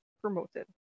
promoted